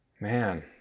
Man